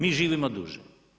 Mi živimo duže.